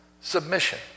submission